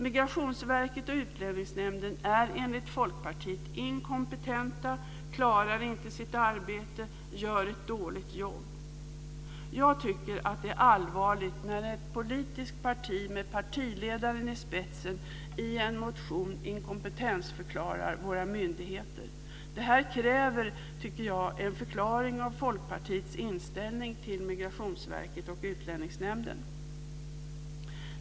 Migrationsverket och Utlänningsnämnden är enligt Folkpartiet inkompetenta, klarar inte sitt arbete, gör ett dåligt jobb. Jag tycker att det är allvarligt när ett politiskt parti med partiledaren i spetsen i en motion inkompetensförklarar våra myndigheter. Det här tycker jag kräver en förklaring av Folkpartiets inställning till Migrationsverket och Utlänningsnämnden.